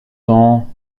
dans